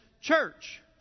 church